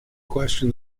question